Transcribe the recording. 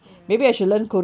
ya